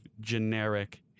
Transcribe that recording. generic